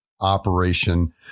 operation